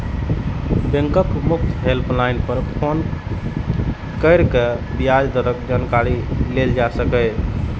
बैंकक मुफ्त हेल्पलाइन पर फोन कैर के ब्याज दरक जानकारी लेल जा सकैए